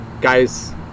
guys